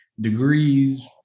degrees